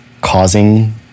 causing